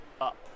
up